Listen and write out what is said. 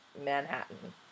Manhattan